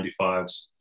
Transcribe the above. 95s